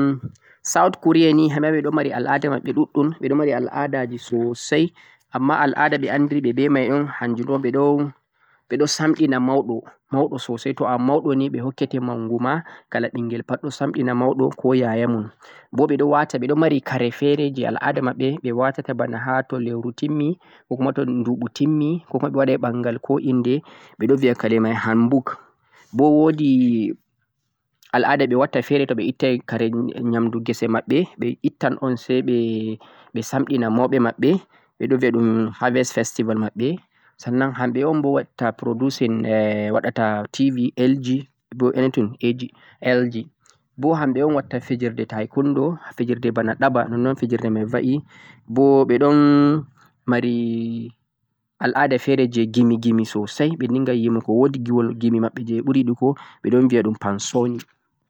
am South Korea ni hamɓe ma ɓe ɗo mari al'ada maɓɓe ɗuɗɗum ,ɓe ɗo mari al'adaji sosai, amma al'ada ɓe andiri ɓe be mai un hanjum un ɓe ɗon samɗina mauɗo sosai, to a mauɗo ni ɓe hokke te mangu ma, kala ɓingel pat ɗo samɗina mauɗo ko yaya mun bo ɓe ɗo wata ɓe ɗo mari kare fere je al'ada maɓɓe watata ba ha to leuru timmi, kokuma to nduɓu timmi, kokuma to ɓe waɗai ɓangal, ko inde ɓe ɗo viya kare mai hambulk bo wo'di al'ada ɓe fe're to ɓe watta to ɓe ittai kare nyamdu ngese maɓɓe, ittan un se ɓe samɗina mauɓe maɓɓe, ɓe ɗo viya ɗum harvest festival maɓɓe. Sannan hamɓe un bo watta producing e waɗata TV LG be anything LG, bo hamɓe un watta fijirde tykondo, fijirde bana ɗaba nonnon un fijirde mai va'i, bo ɗon mari al'ada fe're je gimi gimi sosai, ɓe dinga yimugo wo'di gimol gimi maɓɓe je ɓe ɓuri yiɗugo ɓe ɗon viya ɗum pansoni.